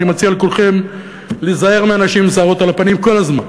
ואני מציע לכולכם להיזהר מאנשים עם שערות על הפנים כל הזמן.